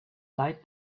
slide